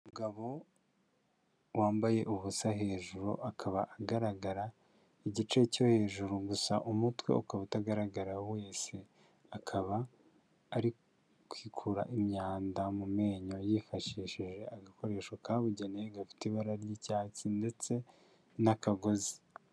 Umugabo wambaye ubusa hejuru, akaba agaragara igice cyo hejuru gusa umutwe ukaba utagaragara wese, akaba ari kwikura imyanda mu menyo yifashishije agakoresho kabugenewe gafite ibara ry'icyatsi ndetse n'akagozi.